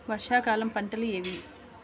వర్షాకాలం పంటలు ఏవి?